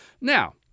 Now